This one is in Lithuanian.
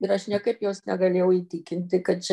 ir aš niekaip jos negalėjau įtikinti kad čia